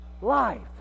life